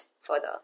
further